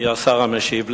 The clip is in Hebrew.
מי השר המשיב לי?